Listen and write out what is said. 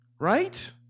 Right